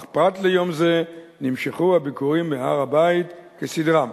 אך פרט ליום זה נמשכו הביקורים בהר-הבית כסדרם.